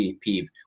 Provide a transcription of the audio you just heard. peeve